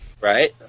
Right